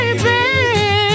Baby